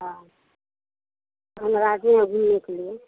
हाँ हम राज़ी हैं घूमने के लिए